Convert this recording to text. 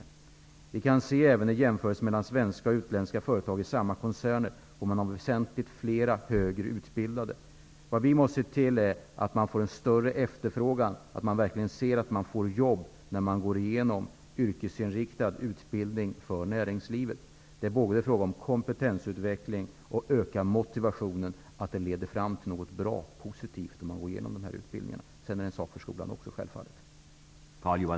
Om man jämför svenska och utländska företag inom samma koncern, finner man att de utländska har väsentligt fler högre utbildade anställda. Vi måste skapa en större efterfrågan, så att ungdomarna ser att de verkligen kan få jobb när de har gått igenom en yrkesinriktad utbildning för näringslivet. Sedan är detta givetvis en sak också för skolan.